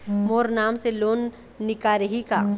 मोर नाम से लोन निकारिही का?